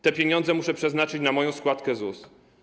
Te pieniądze muszę przeznaczyć na moją składkę ZUS.